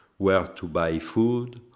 where to buy food,